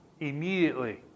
immediately